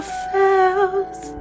fails